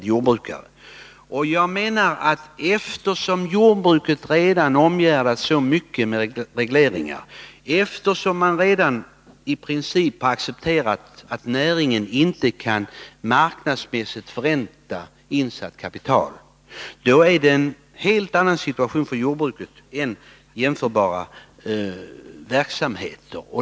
Jag menar att eftersom jordbruket redan nu är så omgärdat av regleringar och eftersom man i princip redan har accepterat att näringen inte kan marknadsmässigt förränta insatt kapital, är situationen en helt annan för jordbruket än för andra, jämförbara verksamheter.